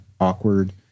awkward